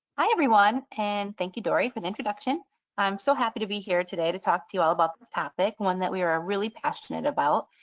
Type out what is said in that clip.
hi, everyone, and thank you, dorie, for the introduction. i'm so happy to be here today to talk to you all about this topic, one that we are ah really passionate about.